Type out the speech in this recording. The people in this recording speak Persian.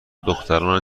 دختران